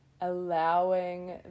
Allowing